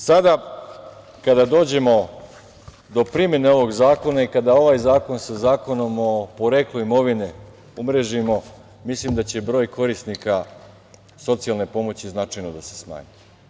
Sada kada dođemo do primene ovog zakona i kada ovaj zakon sa Zakonom o poreklu imovine umrežimo, mislim da će broj korisnika socijalne pomoći značajno da se smanji.